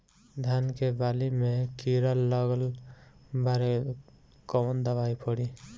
धान के बाली में कीड़ा लगल बाड़े कवन दवाई पड़ी?